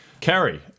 Carrie